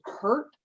hurt